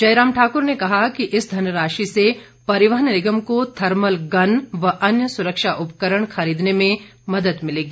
जयराम ठाक्र ने कहा कि इस धनराशि से परिवहन निगम को थर्मल गन व अन्य सुरक्षा उपकरण खरीदने में मदद मिलेगी